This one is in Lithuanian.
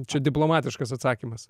čia diplomatiškas atsakymas